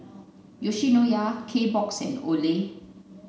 Yoshinoya Kbox and Olay